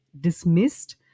dismissed